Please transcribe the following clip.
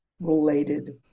related